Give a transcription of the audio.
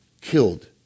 killed